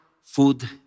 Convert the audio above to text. food